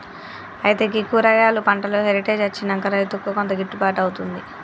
అయితే గీ కూరగాయలు పంటలో హెరిటేజ్ అచ్చినంక రైతుకు కొంత గిట్టుబాటు అవుతుంది